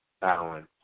balance